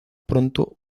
pronto